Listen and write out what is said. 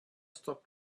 stop